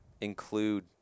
include